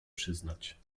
przyznać